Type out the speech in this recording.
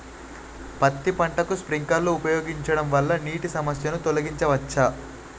పత్తి పంటకు స్ప్రింక్లర్లు ఉపయోగించడం వల్ల నీటి సమస్యను తొలగించవచ్చా?